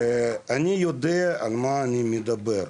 ואני יודע על מה אני מדבר,